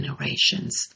generations